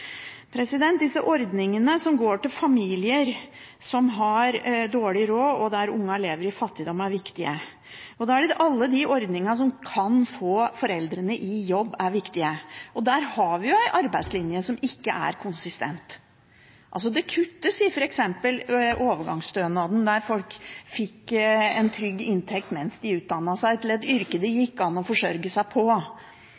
Disse ordningene som går til familier som har dårlig råd og der ungene lever i fattigdom, er viktige. Og alle de ordningene som kan få foreldrene i jobb, er viktige. Der har vi en arbeidslinje som ikke er konsistent. Det kuttes i f.eks. overgangsstønaden, der folk fikk en trygg inntekt mens de utdannet seg til et yrke det gikk an å forsørge seg på.